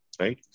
right